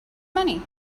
money